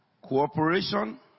cooperation